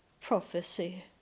prophecy